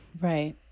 Right